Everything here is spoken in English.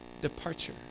departure